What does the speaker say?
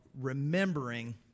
remembering